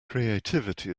creativity